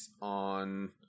on